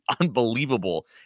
unbelievable